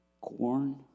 corn